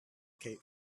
kate